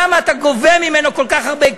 למה אתה גובה ממנו כל כך הרבה כסף?